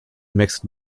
mixed